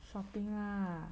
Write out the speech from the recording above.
shopping lah